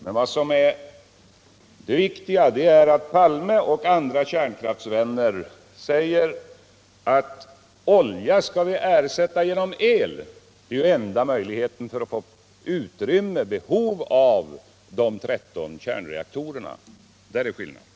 Men det viktiga är att Olof Palme och andra kärnkraftsvänner säger att vi skall ersätta olja med el; det är enda möjligheten att få behov av de 13 kärnkraftsreaktorerna. Där ligger skillnaden.